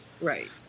Right